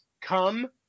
come